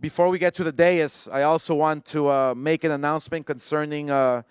before we get to the day as i also want to make an announcement concerning